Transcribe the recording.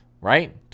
right